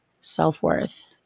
self-worth